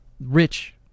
rich